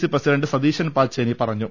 C president Satheesan Pacheni പറഞ്ഞു